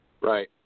Right